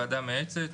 הוועדה המייעצת,